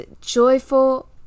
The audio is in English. joyful